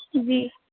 جی